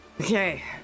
Okay